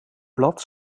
blad